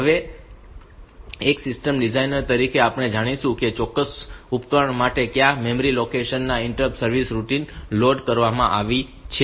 હવે એક system designer તરીકે આપણે જાણીશું કે ચોક્કસ ઉપકરણ માટે કયા મેમરી લોકેશન માં ઇન્ટરપ્ટ સર્વિસ રૂટિન લોડ કરવામાં આવી છે